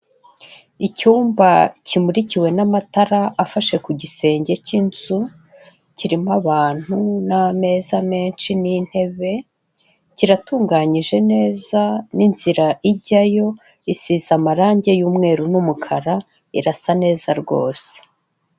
Icyumba kimurikiwe n'amatara afashe ku gisenge cy'inzu, kirimo abantu n'ameza menshi n'intebe, kiratunganyije neza n'inzira ijyayo isize amarangi y'umweru n'umukara, irasa neza rwose.